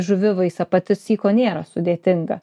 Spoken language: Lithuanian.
žuvivaisa pati syko nėra sudėtinga